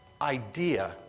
Idea